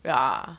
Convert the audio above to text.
ya